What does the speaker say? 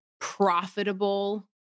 profitable